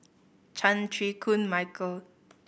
Chan Chew Koon Michael